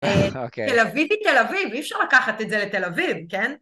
תל אביב היא תל אביב, אי אפשר לקחת את זה לתל אביב, כן?